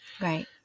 Right